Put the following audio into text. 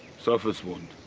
surface wound.